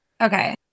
okay